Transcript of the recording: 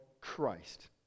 Christ